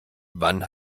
wann